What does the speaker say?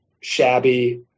shabby